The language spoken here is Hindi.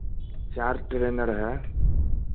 चार ट्रेनरर हैं